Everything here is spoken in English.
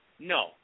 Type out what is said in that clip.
No